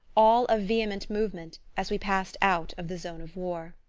all of vehement movement, as we passed out of the zone of war.